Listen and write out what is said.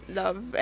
love